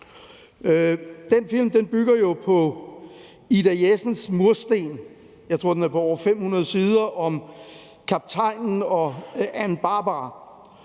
Den film bygger jo på Ida Jessens mursten af en bog – jeg tror, den er på 500 sider – om kaptajnen og Ann Barbara.